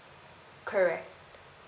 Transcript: correct